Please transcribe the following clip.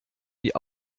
die